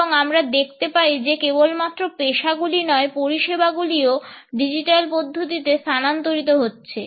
এবং আমরা দেখতে পাই যে কেবলমাত্র পেশাগুলি নয় পরিষেবাগুলিও ডিজিটাল পদ্ধতিতে স্থানান্তরিত হচ্ছে